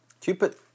Cupid